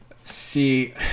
See